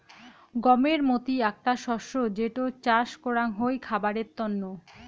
গমের মতি আকটা শস্য যেটো চাস করাঙ হই খাবারের তন্ন